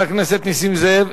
חבר הכנסת נסים זאב,